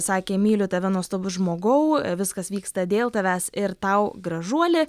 sakė myliu tave nuostabus žmogau viskas vyksta dėl tavęs ir tau gražuoli